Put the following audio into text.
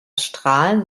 strahlen